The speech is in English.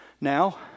Now